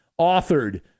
authored